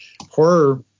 Horror